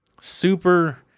super